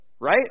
Right